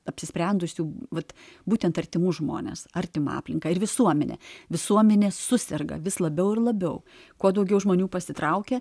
apsisprendusių vat būtent artimų žmones artimą aplinką ir visuomenę visuomenė suserga vis labiau ir labiau kuo daugiau žmonių pasitraukia